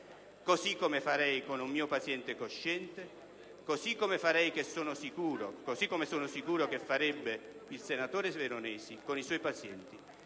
così come farei con un paziente cosciente e così come sono sicuro farebbe il senatore Veronesi con i suoi pazienti.